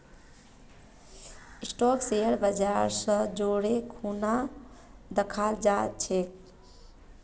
stock share बाजर स जोरे खूना दखाल जा छेक